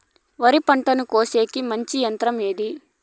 వరి పంటను కోసేకి మంచి యంత్రం ఏది?